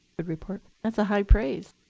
good report. that's a high praise.